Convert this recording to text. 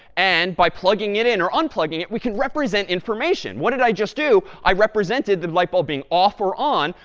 and by plugging it in or unplugging it, we can represent information. what did i just do? i represented the light bulb being off or on,